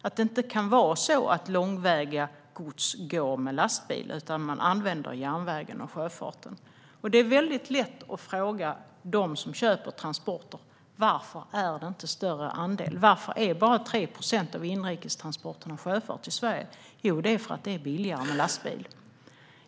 Det kan inte vara så att långväga gods körs med lastbil, utan det blir järnväg och sjöfart som används. Det är väldigt lätt att fråga dem som köper transporter: Varför går inte en större andel via sjöfart? Det bara är 3 procent av inrikestransporterna i Sverige som gör det. Jo, det är för att det är billigare med lastbil.